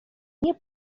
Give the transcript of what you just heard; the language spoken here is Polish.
nie